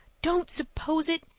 don't suppose it.